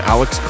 Alex